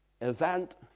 event